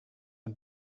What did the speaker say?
and